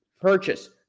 purchase